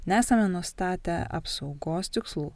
nesame nustatę apsaugos tikslų